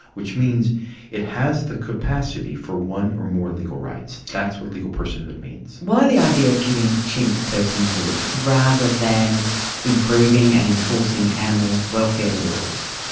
which means it has the capacity for one or more legal rights. that's what legal personhood means. why the idea of giving chimps personhood rather than improving and enforcing animal welfare laws?